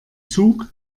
zug